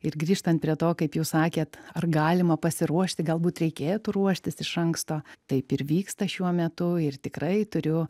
ir grįžtant prie to kaip jūs sakėt ar galima pasiruošti galbūt reikėtų ruoštis iš anksto taip ir vyksta šiuo metu ir tikrai turiu